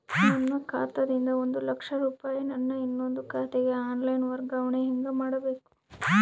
ನನ್ನ ಖಾತಾ ದಿಂದ ಒಂದ ಲಕ್ಷ ರೂಪಾಯಿ ನನ್ನ ಇನ್ನೊಂದು ಖಾತೆಗೆ ಆನ್ ಲೈನ್ ವರ್ಗಾವಣೆ ಹೆಂಗ ಮಾಡಬೇಕು?